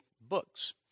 books